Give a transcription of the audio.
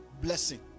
blessing